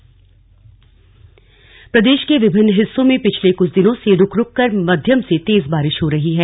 मौसम प्रदेश के विभिन्न हिस्सों में पिछले कुछ दिनों से रूक रूककर मध्यम से तेज बारिश हो रही है